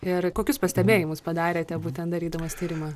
ir kokius pastebėjimus padarėte būtent darydamas tyrimą